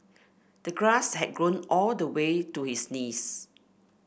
the grass had grown all the way to his knees